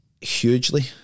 Hugely